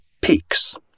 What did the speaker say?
peaks